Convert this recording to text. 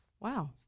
Wow